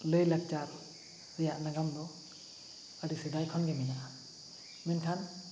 ᱞᱟᱹᱭᱞᱟᱠᱪᱟᱨ ᱨᱮᱭᱟᱜ ᱱᱟᱜᱟᱢᱫᱚ ᱟᱹᱰᱤ ᱥᱮᱫᱟᱭ ᱠᱷᱚᱱᱜᱮ ᱢᱮᱱᱟᱜᱼᱟ ᱢᱮᱱᱠᱷᱟᱱ